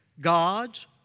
God's